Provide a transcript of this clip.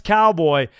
Cowboy